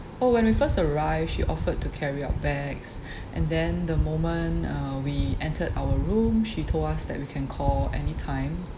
oh when we first arrived she offered to carry our bags and then the moment uh we entered our room she told us that we can call anytime